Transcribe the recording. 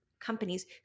companies